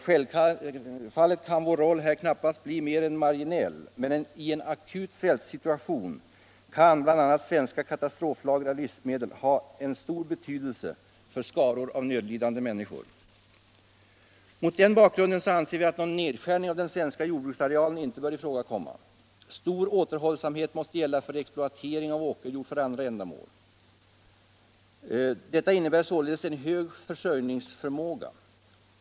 Självfallet kan vår roll knappast bli mer än marginell, men i en akut svältsituation kan bl.a. svenska katastroflager av livsmedel ha betydelse för stora skaror av nödlidande människor. Mot denna bakgrund anser vi att någon nedskärning av den svenska jordbruksarealen inte bör ifrågakomma. Stor återhållsamhet måste gälla för exploatering av åkerjord för andra ändamål. Detta innebär således en hög försörjningsförmåga.